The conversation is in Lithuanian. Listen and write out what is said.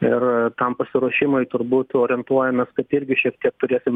ir tam pasiruošimui turbūt orientuojamės kad irgi šiek tiek turėsim